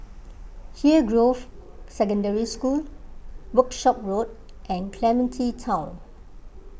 Hillgrove Secondary School Workshop Road and Clementi Town